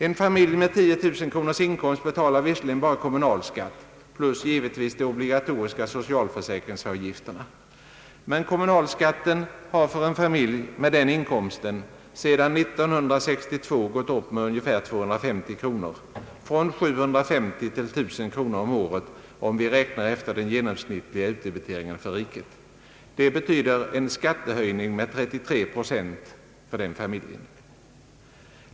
En familj med 10 000 kronor i inkomst betalar visser ligen bara kommunalskatt — plus givetvis de obligatoriska socialförsäk ringsavgifterna men kommunalskatten har för en familj med den inkomsten sedan år 1962 stigit med ungefär 250 kronor, från 750 kronor till 1 000 kronor om året, räknat efter den genomsnittliga utdebiteringen för riket. Det innebär en skattehöjning med 33 procent för den familjen.